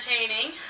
entertaining